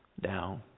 down